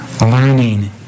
learning